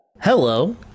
Hello